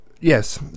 yes